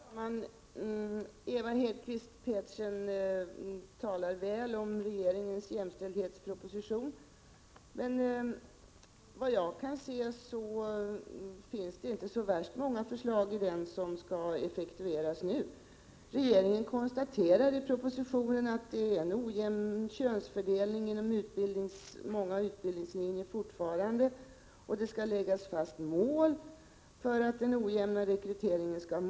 Fru talman! Ewa Hedkvist Petersen har talat väl om regeringens jämställdhetsproposition. Men såvitt jag kan se finns det inte så värst många förslag i den som skall effektueras nu. Regeringen konstaterar i propositionen att det fortfarande råder en ojämn könsfördelning inom många utbildningslinjer. Det skall läggas fast mål för att under de kommande fem åren kunna motverka den ojämna rekryteringen Prot.